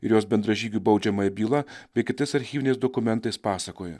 ir jos bendražygių baudžiamąja byla bei kitais archyviniais dokumentais pasakoja